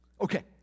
okay